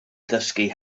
ddysgu